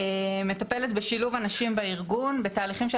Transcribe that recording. מטפלת בשילוב אנשים בארגון בתהליכים של